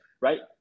right